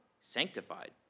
sanctified